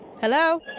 hello